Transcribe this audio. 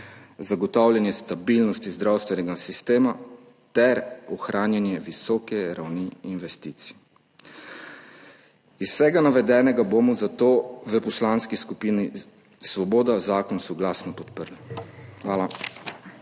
zagotavljanje stabilnosti zdravstvenega sistema ter ohranjanje visoke ravni investicij. Iz vsega navedenega bomo zato v Poslanski skupini Svoboda zakon soglasno podprli. Hvala.